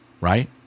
right